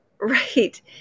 Right